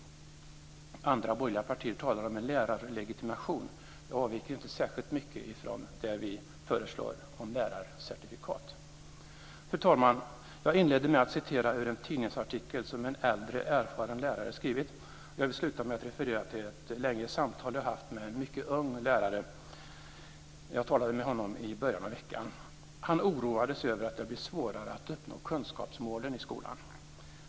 Andra borgerliga partier talar om en lärarlegitimation. Det avviker inte särskilt mycket från det vi föreslår om lärarcertifikat. Fru talman! Jag inledde med att citera ur en tidningsartikel som en äldre erfaren lärare skrivit. Jag vill sluta med att referera till ett längre samtal jag haft med en mycket ung lärare. Jag talade med honom i början av veckan. Han oroade sig över att det blir svårare att uppnå kunskapsmålen i skolan.